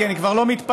כי אני כבר לא מתפלא,